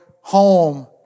home